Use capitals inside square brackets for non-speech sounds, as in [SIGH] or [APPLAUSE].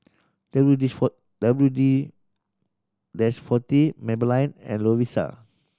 W D four W D [UNINTELLIGIBLE] forty Maybelline and Lovisa